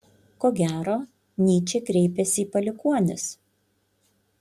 ko gero nyčė kreipiasi į palikuonis